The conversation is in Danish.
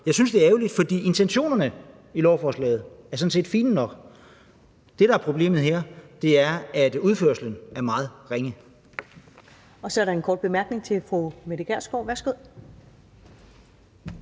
Jeg synes, det er ærgerligt, for intentionerne i lovforslaget er sådan set fine nok. Det, der er problemet her, er, at udførelsen er meget ringe. Kl. 15:37 Første næstformand (Karen Ellemann): Så er